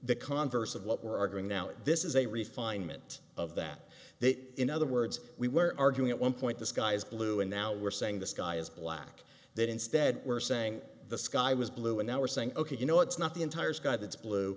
the converse of what we're arguing now and this is a refinements of that they in other words we were arguing at one point the sky is blue and now we're saying the sky is black that instead we're saying the sky was blue and now we're saying ok you know it's not the entire sky that's blue